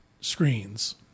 screens